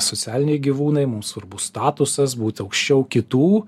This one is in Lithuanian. socialiniai gyvūnai mum svarbus statusas būt aukščiau kitų